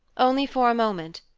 only for a moment,